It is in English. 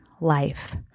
life